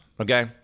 okay